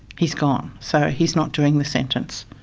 he's gone, so he's not doing the sentence.